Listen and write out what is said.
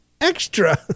extra